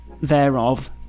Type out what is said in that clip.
thereof